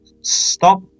Stop